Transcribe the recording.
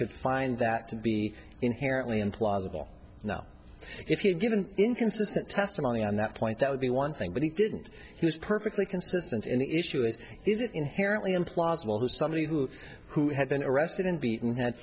could find that to be inherently implausible now if he'd given inconsistent testimony on that point that would be one thing but he didn't he was perfectly consistent and issue is is it inherently implausible that somebody who who had been arrested and beaten had